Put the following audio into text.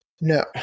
No